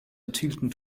erzielten